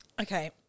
Okay